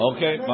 Okay